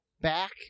back